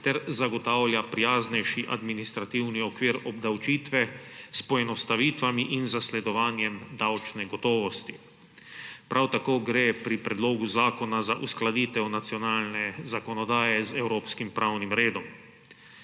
ter zagotavlja prijaznejši administrativni okvir obdavčitve s poenostavitvami in zasledovanjem davčne gotovosti. Prav tako gre pri predlogu zakona za uskladitev nacionalne zakonodaje z evropskim pravnim redom.